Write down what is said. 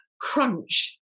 crunch